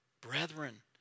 brethren